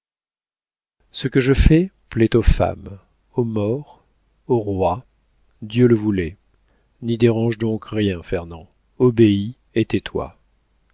ce que je fais plaît aux femmes aux morts au roi dieu le voulait n'y dérange donc rien fernand obéis